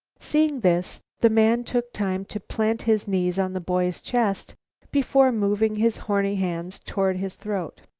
seeing this, the man took time to plant his knees on the boy's chest before moving his horny hands toward his throat.